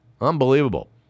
Unbelievable